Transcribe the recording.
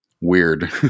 weird